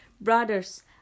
Brothers